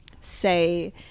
say